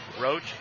Roach